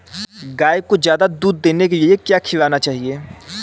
गाय को ज्यादा दूध देने के लिए क्या खिलाना चाहिए?